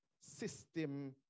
system